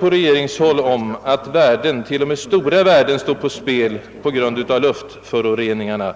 på regeringshåll tvivel om att värden, t.o.m. stora värden står på spel på grund av luftföroreningarna?